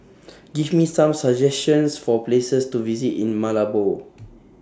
Give Me Some suggestions For Places to visit in Malabo